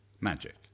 Magic